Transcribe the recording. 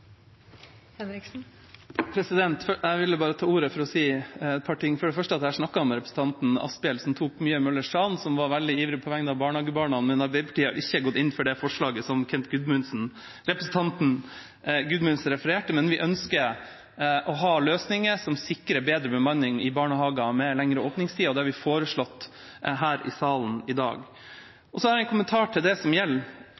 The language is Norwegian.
Jeg ville ta ordet for å si et par ting. Jeg har snakket med representanten Asphjell som tok mye Møllers tran og var veldig ivrig på vegne av barnehagebarna, men Arbeiderpartiet har ikke gått inn for forslaget som representanten Kent Gudmundsen refererte, men vi ønsker å ha løsninger som sikrer bedre bemanning i barnehagene med lengre åpningstid, og det har vi foreslått her i salen i